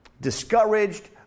discouraged